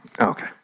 Okay